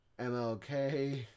MLK